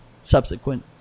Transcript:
subsequent